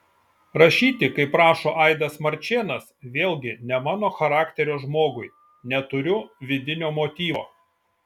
rašyti kaip rašo aidas marčėnas vėlgi ne mano charakterio žmogui neturiu vidinio motyvo